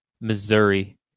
Missouri